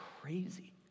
crazy